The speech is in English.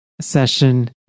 session